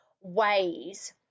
ways